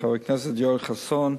חבר הכנסת יואל חסון,